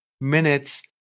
minutes